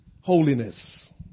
holiness